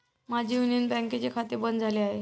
माझे युनियन बँकेचे खाते बंद झाले आहे